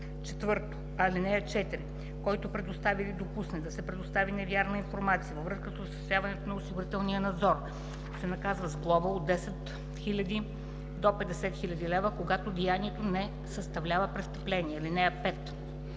до 100 000 лв. (4) Който предостави или допусне да се предостави невярна информация във връзка с осъществяването на осигурителния надзор, се наказва с глоба от 10 000 до 50 000 лв., когато деянието не съставлява престъпление. (5)